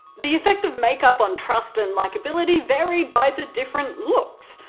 the effect of makeup on trust and likeability varied by the different looks.